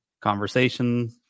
conversation